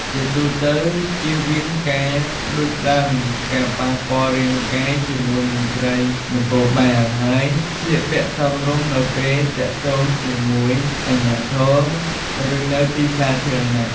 ជាទូទៅ ជៀសវាងការផ្តួចផ្តើមការប៉ះពាល់រាងកាយជាមួយមន្ត្រីនគរបាល ហើយស្លៀកពាក់សមរម្យនៅពេលទាក់ទងជាមួយអាជ្ញាធរ ឬនៅទីសាធារណៈ។